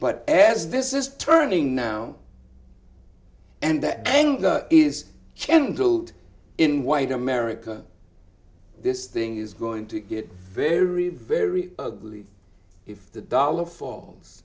but as this is turning now and that anger is kendall in white america this thing is going to get very very ugly if the dollar falls